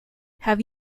have